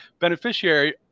beneficiary